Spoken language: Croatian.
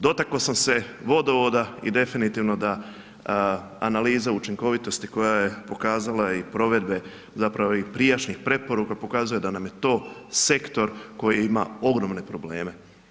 Dotakao sam se vodovoda i definitivno da analiza učinkovitosti koja je pokazala i provedbe zapravo i prijašnjih preporuka, pokazuje da nam je to sektor koji ima ogromne probleme.